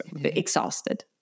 exhausted